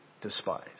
despise